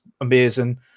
amazing